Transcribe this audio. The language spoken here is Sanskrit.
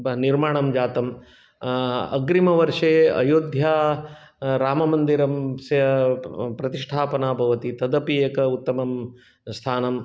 ब निर्माणं जातम् अग्रिमवर्षे अयोध्या राममन्दिरं स्य प्रतिष्ठापना भवति तदपि एक उत्तमं स्थानम्